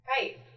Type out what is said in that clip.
Right